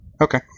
Okay